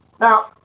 Now